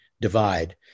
divide